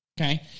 okay